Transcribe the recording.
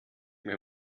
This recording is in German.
mir